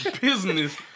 Business